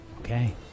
Okay